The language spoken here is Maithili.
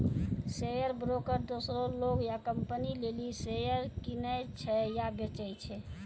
शेयर ब्रोकर दोसरो लोग या कंपनी लेली शेयर किनै छै या बेचै छै